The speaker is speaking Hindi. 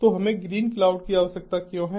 तो हमें ग्रीनक्लाउड की आवश्यकता क्यों है